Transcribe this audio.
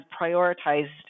prioritized